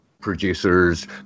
producers